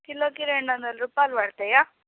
కిలోకి రెండు వందల రూపాయలు పడతాయా